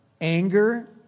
anger